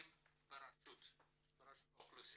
קיימים ברשות האוכלוסין.